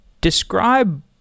Describe